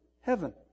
heaven